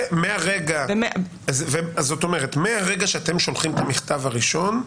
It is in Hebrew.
מהרגע שאתם שולחים את המכתב הראשון,